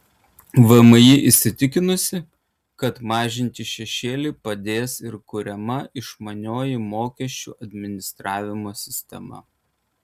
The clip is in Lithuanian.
vmi įsitikinusi kad mažinti šešėlį padės ir kuriama išmanioji mokesčių administravimo sistema